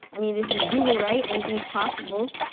i mean, this is google, right? anything's possible.